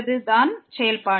இது தான் செயல்பாடு